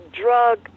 drug